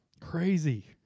crazy